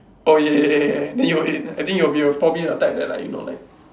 oh ya ya ya ya ya then you will I think you will be probably the type that like you know like